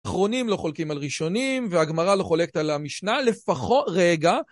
האחרונים לא חולקים על ראשונים והגמרא לא חולקת על המשנה לפחות רגע.